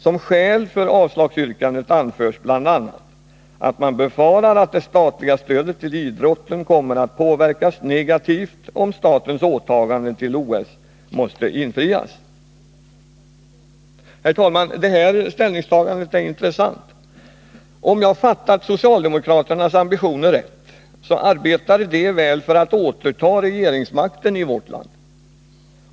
Som skäl för avslagsyrkandet anförs bl.a. att man befarar att det statliga stödet till idrotten kommer att påverkas negativt, om statens åtaganden till OS måste infrias. Herr talman! Det här ställningstagandet är intressant. Om jag fattat socialdemokraternas ambitioner rätt, arbetar de väl för att återta regeringsmakten i vårt land.